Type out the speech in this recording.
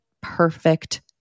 perfect